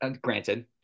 granted